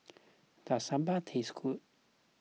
does Sambar taste good